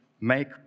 make